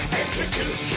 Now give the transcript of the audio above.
execute